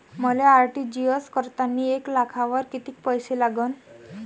मले आर.टी.जी.एस करतांनी एक लाखावर कितीक पैसे लागन?